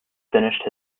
finished